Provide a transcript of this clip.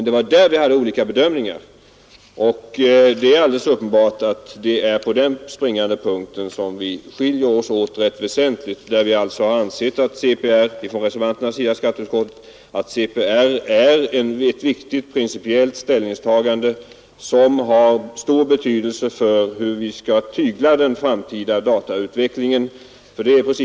Det är på denna springande punkt som vi väsentligt skiljer oss åt. Reservanterna i skatteutskottet har ansett att frågan om CPR innebär ett viktigt principiellt ställningstagande som har stor betydelse för hur vi skall tygla den framtida datautvecklingen.